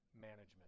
management